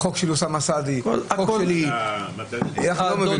חוק של אוסאמה סעדי, חוק שלי, אנחנו לא מבינים.